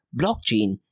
blockchain